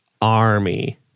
ARMY